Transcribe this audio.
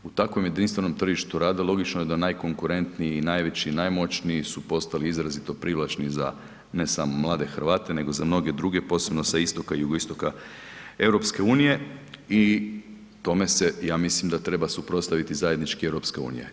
U takvom jedinstvenom tržištu rada logično je da najkonkurentniji i najveći, najmoćniji su postali izrazito privlačni za ne samo mlade Hrvate nego i za mnoge druge, posebno sa istoka i jugoistoka EU i tome se ja mislim da treba suprotstaviti zajednički EU.